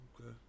Okay